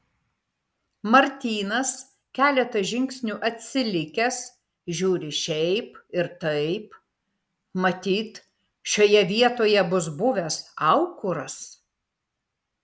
martynas keletą žingsnių atsilikęs žiūri šiaip ir taip matyt šioje vietoje bus buvęs aukuras